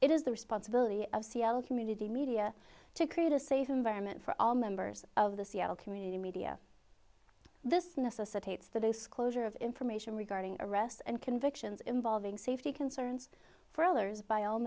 it is the responsibility of seattle community media to create a safe environment for all members of the seattle community media this necessitates the disclosure of information regarding arrests and convictions involving safety concerns for others by all